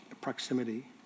proximity